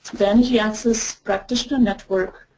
the energy access practitioner network